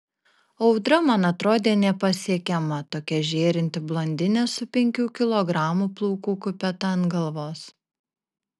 audra man atrodė nepasiekiama tokia žėrinti blondinė su penkių kilogramų plaukų kupeta ant galvos